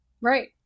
right